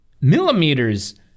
millimeters